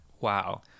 Wow